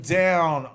down